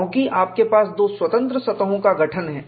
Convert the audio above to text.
क्योंकि आपके पास दो स्वतंत्र सतहों का गठन है